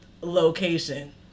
location